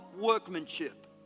workmanship